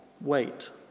wait